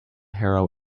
harrow